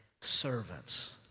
Servants